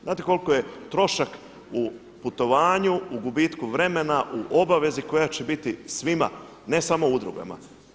Znate koliko je trošak u putovanju, u gubitku vremena, u obavezi koja će biti svima, ne samo udrugama.